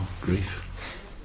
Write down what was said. Grief